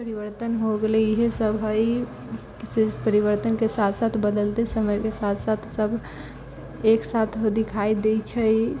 परिवर्तन हो गेलै इएह सभ है परिवर्तनके साथ साथ बदलते समयके साथ साथ सभ एक साथ दिखाइ दै छै